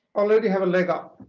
already have a leg up